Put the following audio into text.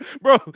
Bro